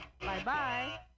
Bye-bye